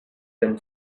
them